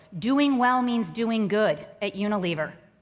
doing well means doing good at unilever.